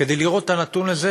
כדי לראות את הנתון הזה